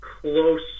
close